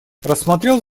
рассмотрел